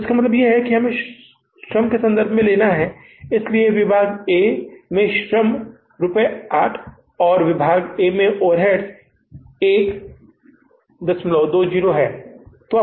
तो इसका मतलब है कि अब हमें इसे श्रम के संबंध में लेना है इसलिए विभाग ए में श्रम रुपये 8 और विभाग ए में ओवरहेड्स 120 हैं